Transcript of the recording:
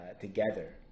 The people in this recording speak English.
together